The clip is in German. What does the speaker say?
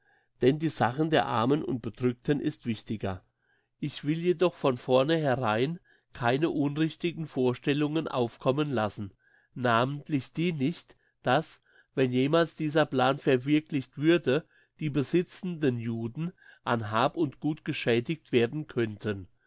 denn die sache der armen und bedrückten ist wichtiger ich will jedoch von vorneherein keine unrichtigen vorstellungen aufkommen lassen namentlich die nicht dass wenn jemals dieser plan verwirklicht würde die besitzenden juden an hab und gut geschädigt werden könnten